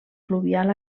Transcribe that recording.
fluvial